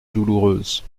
douloureuse